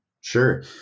Sure